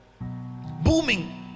Booming